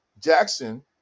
Jackson